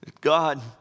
God